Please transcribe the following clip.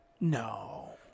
No